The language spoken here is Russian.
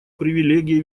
привилегия